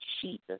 Jesus